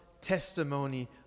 testimony